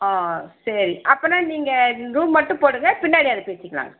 ஆ சரி அப்பன்னால் நீங்கள் ரூம் மட்டும் போடுங்க பின்னாடி அதை பேசிக்கலாமெங்க